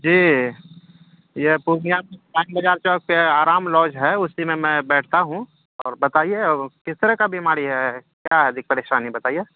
جی یہ پورنیہ لائن بازار سے آرام لاج ہے اسی میں میں بیٹھتا ہوں اور بتائیے کس طرح کا بیماری ہے کیا ہے جی پریشانی بتائیے